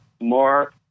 more